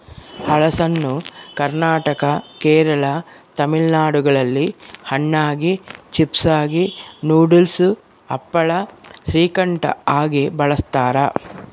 ಹಲಸನ್ನು ಕರ್ನಾಟಕ ಕೇರಳ ತಮಿಳುನಾಡುಗಳಲ್ಲಿ ಹಣ್ಣಾಗಿ, ಚಿಪ್ಸಾಗಿ, ನೂಡಲ್ಸ್, ಹಪ್ಪಳ, ಶ್ರೀಕಂಠ ಆಗಿ ಬಳಸ್ತಾರ